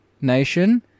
Nation